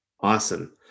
Awesome